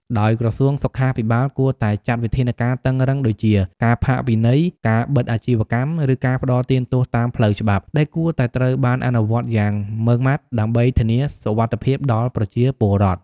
ដោយក្រសួងសុខាភិបាលគួរតែចាត់វិធានការតឹងរ៉ឹងដូចជា ការផាកពិន័យ ការបិទអាជីវកម្ម ឬការផ្តន្ទាទោសតាមផ្លូវច្បាប់ ដែលគួរតែត្រូវបានអនុវត្តយ៉ាងម៉ឺងម៉ាត់ ដើម្បីធានាសុវត្ថិភាពដល់ប្រជាពលរដ្ឋ។